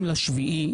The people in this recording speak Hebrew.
ראשון,